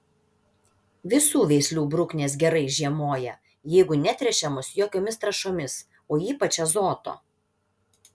visų veislių bruknės gerai žiemoja jeigu netręšiamos jokiomis trąšomis o ypač azoto